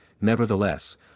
nevertheless